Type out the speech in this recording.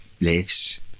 lives